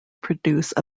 produce